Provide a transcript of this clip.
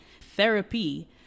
Therapy